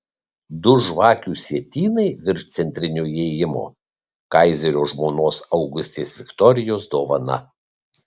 du žvakių sietynai virš centrinio įėjimo kaizerio žmonos augustės viktorijos dovana